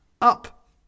Up